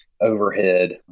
overhead